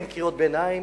אין קריאות ביניים,